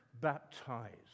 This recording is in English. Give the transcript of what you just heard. baptized